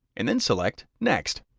and then select next.